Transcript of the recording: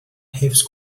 حفظ